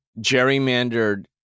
gerrymandered